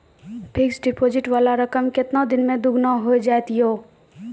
Fixed deposit वाला रकम केतना दिन मे दुगूना हो जाएत यो?